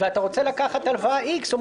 זה